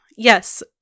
Yes